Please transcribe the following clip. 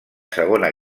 segona